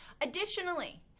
additionally